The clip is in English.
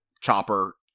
Chopper